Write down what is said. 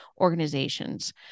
organizations